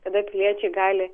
kada piliečiai gali